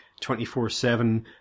24-7